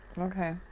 okay